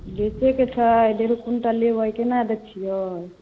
बेचेके छै डेढ़ क्विन्टल लेबै केना दै छियै